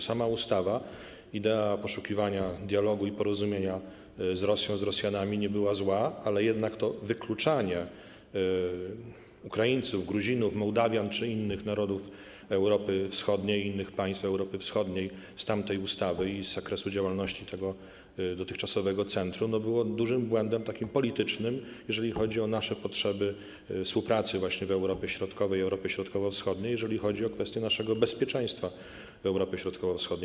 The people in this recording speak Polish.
Sama ustawa, idea poszukiwania dialogu i porozumienia z Rosją, z Rosjanami nie była zła, ale jednak to wykluczanie Ukraińców, Gruzinów, Mołdawian czy innych narodów Europy Wschodniej, innych państw Europy Wschodniej z tamtej ustawy i z zakresu działalności dotychczasowego centrum było dużym błędem politycznym, jeżeli chodzi o nasze potrzeby współpracy właśnie w Europie Środkowej, Europie Środkowo-Wschodniej, jeżeli chodzi o kwestie naszego bezpieczeństwa w Europie Środkowo-Wschodniej.